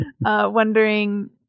wondering